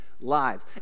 lives